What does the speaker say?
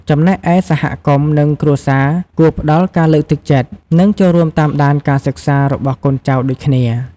ចំណែកឯ សហគមន៍ និងគ្រួសារគួរផ្ដល់ ការលើកទឹកចិត្ត និង ចូលរួមតាមដានការសិក្សា របស់កូនចៅដូចគ្នា។